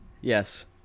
Yes